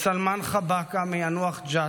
סלמן חבקה מיאנוח-ג'ת,